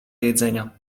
jedzenia